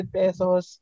pesos